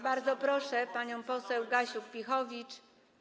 Bardzo proszę panią poseł Gasiuk-Pihowicz.